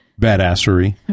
Badassery